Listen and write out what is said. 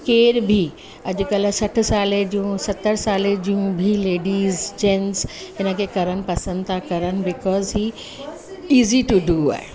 केर बि अॼु कल्ह सठ साले जूं सतरि साले जूं बि लेडीज़ जैंट्स इन खे करण था पसंदि था करनि बिकॉस हीउ ईज़ी टू डू आहे